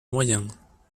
moyens